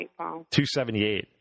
278